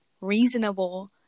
reasonable